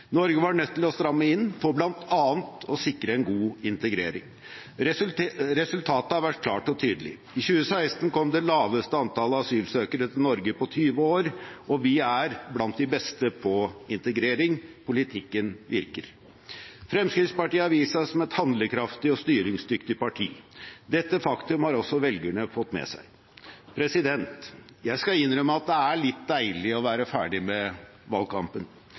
Norge var nødt til å stramme inn for bl.a. å sikre en god integrering. Resultatet har vært klart og tydelig. I 2016 kom det laveste antallet asylsøkere til Norge på 20 år, og vi er blant de beste på integrering. Politikken virker. Fremskrittspartiet har vist seg som et handlekraftig og styringsdyktig parti. Dette faktum har også velgerne fått med seg. Jeg skal innrømme at det er litt deilig å være ferdig med valgkampen.